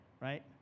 right